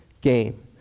game